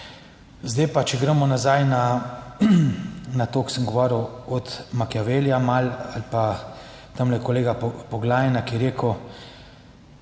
Zdaj pa, če gremo nazaj na to kar sem govoril od Machiavellija malo ali pa tamle kolega Poglajna, ki je rekel